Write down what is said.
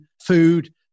food